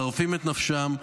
מחרפים את נפשם,